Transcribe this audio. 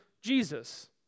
Jesus